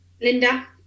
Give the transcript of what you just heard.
Linda